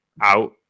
out